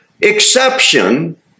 exception